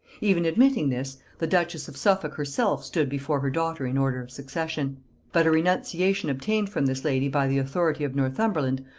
even admitting this, the duchess of suffolk herself stood before her daughter in order of succession but a renunciation obtained from this lady by the authority of northumberland,